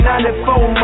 94